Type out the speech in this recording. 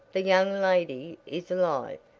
the young lady is alive,